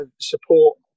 support